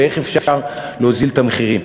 ואיך אפשר להוריד את המחירים.